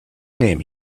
name